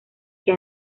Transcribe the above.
que